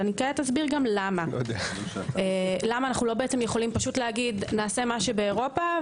וגם אסביר למה אנו לא יכולים פשוט לומר נעשה מה שבאירופה,